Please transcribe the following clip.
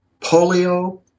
polio